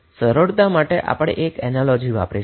આપણે સરળતાથી એનાલોજી વાપરીશું